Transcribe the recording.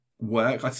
work